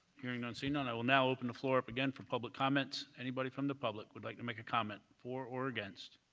hearing none, seeing none, i will now open the floor up again for public comments. anybody from the public would like to make a comment for or against?